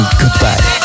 goodbye